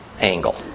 angle